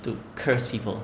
to curse people